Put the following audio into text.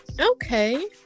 Okay